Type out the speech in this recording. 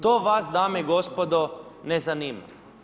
To vas dame i gospodo ne zanima.